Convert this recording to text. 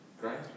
Great